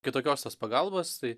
kitokios tos pagalbos tai